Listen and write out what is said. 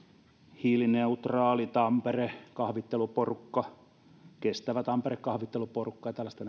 hiilineutraali tampere kahvitteluporukka kestävä tampere kahvitteluporukka ja tällaista